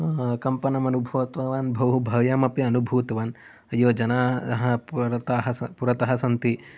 कम्पनम् अनुभूतवान् बहु भयम् अपि अनुभूतवान् अयो जनाः पुरतः पुरतः सन्ति